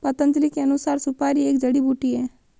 पतंजलि के अनुसार, सुपारी एक जड़ी बूटी है